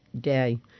day